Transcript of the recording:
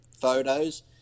photos